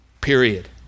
Period